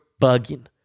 bugging